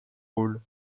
rôle